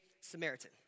Samaritan